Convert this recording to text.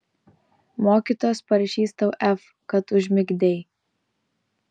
mokytojas parašys tau f kad užmigdei